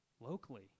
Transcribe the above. locally